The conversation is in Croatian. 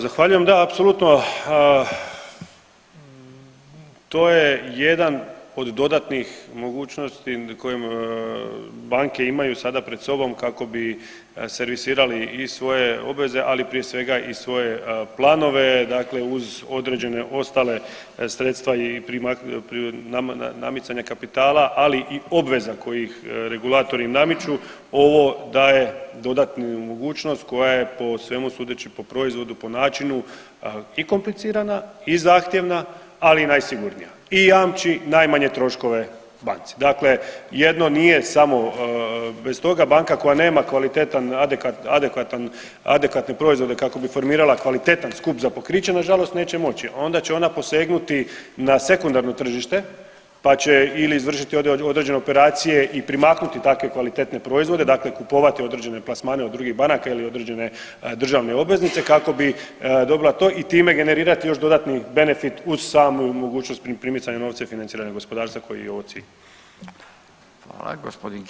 Evo zahvaljujem, da apsolutno to je jedan od dodatnih mogućnosti koje banke imaju sada pred sobom kako bi servisirali i svoje obveze, ali prije svega i svoje planove, dakle uz određene ostale sredstva i namicanje kapitala, ali i obveza kojih regulatori namiču ovo daje dodatnu mogućnost koja je po svemu sudeći po proizvodu, po načinu i komplicirana i zahtjevna, ali najsigurnija i jamči najmanje troškove banci, dakle jedno nije samo bez toga banka koja nema kvalitetan adekvatan, adekvatne proizvode kako bi formirala kvalitetan skup za pokriće nažalost neće moći, a onda će ona posegnuti na sekundarno tržište pa će izvršiti određene operacije i primaknuti takve kvalitetne proizvode, dakle kupovati određene plasmane od drugih banaka ili određene državne obveznice kako bi dobila to i time generirati još dodatni benefit uz samu mogućnost primicanja novca i financiranje gospodarstva koji je ovo cilj.